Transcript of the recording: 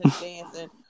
dancing